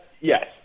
yes